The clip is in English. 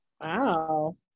wow